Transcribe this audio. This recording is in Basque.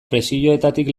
presioetatik